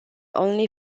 only